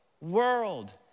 world